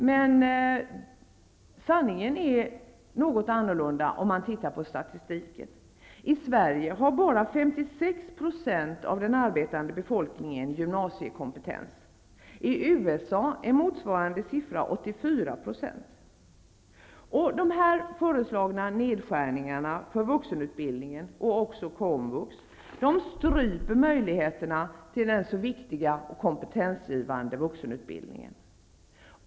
Ser man på statistiken är sanningen något annorlunda. I Sverige har bara 56 % av den arbetande befolkningen gymnasiekompetens. I USA är motsvarande siffra 84 %. De föreslagna nedskärningarna för vuxenutbildningen och komvux stryper möjligheterna till den viktiga kompetensgivande vuxenutbildningen.